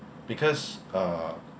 because uh